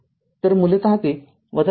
तर मूलतः ते ३